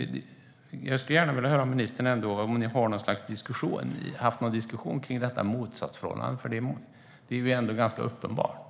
Jag skulle gärna vilja höra om ministern har haft något slags diskussion om detta motsatsförhållande. Det är ändå ganska uppenbart.